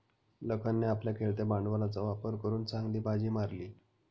लखनने आपल्या खेळत्या भांडवलाचा वापर करून चांगली बाजी मारली